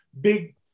big